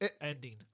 ending